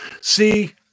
See